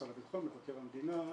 משרד הביטחון, מבקר המדינה,